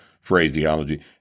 phraseology